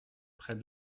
près